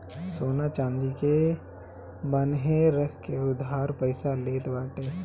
सोना चांदी के बान्हे रख के उधार पईसा लेत बाटे